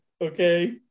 Okay